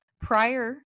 prior